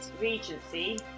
regency